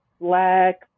Black